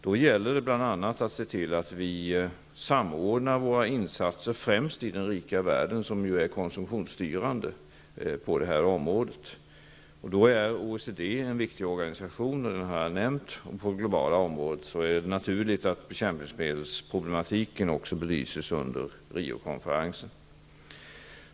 Det gäller att bl.a. se till att vi samordnar våra insatser främst i den rika världen, som ju är konsumtionsstyrande på området. OECD är en viktig organisation på det globala området. Det är också naturligt att problemen med bekämpningsmedel även belyses under Riokonferensen.